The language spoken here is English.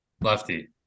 Lefty